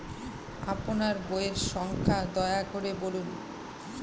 আপনার বইয়ের সংখ্যা দয়া করে বলুন?